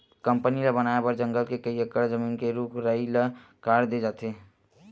company ल बनाए बर जंगल के कइ एकड़ जमीन के रूख राई ल काट दे जाथे